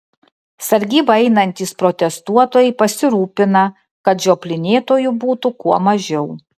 sargybą einantys protestuotojai pasirūpina kad žioplinėtojų būtų kuo mažiau